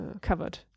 covered